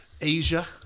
Asia